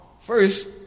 First